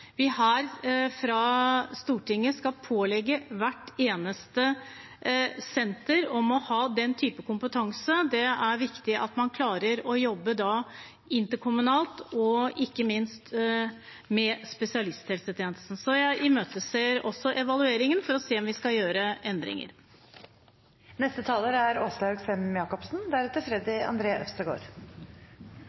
vi her fra Stortinget skal pålegge hvert eneste senter å ha den type kompetanse. Det er viktig at man klarer å jobbe interkommunalt, og ikke minst med spesialisthelsetjenesten. Så jeg imøteser evalueringen, for å se om vi skal gjøre endringer. Jeg takker representanten Kari Henriksen og andre